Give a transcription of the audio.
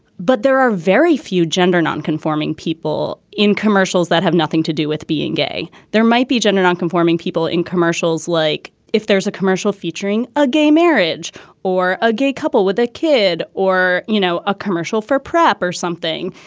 but there are very few gender nonconforming people in commercials that have nothing to do with being gay. gay. there might be gender nonconforming people in commercials like if there's a commercial featuring a gay marriage or a gay couple with a kid or, you know, a commercial for prep or something,